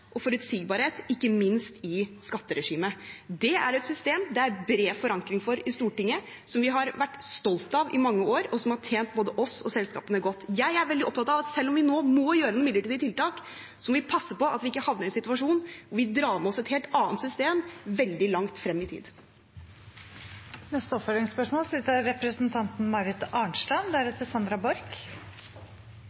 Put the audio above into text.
og forutsigbarhet, ikke minst i skatteregimet. Det er et system som det er bred forankring for i Stortinget, som vi har vært stolt av i mange år, og som har tjent både oss og selskapene godt. Jeg er veldig opptatt av at vi – selv om vi nå må gjøre noen midlertidige tiltak – må passe på å ikke havne i en situasjon hvor vi drar med oss et helt annet system veldig langt frem i tid. Det blir oppfølgingsspørsmål – først Marit Arnstad.